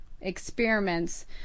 experiments